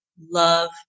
love